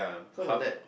cause of that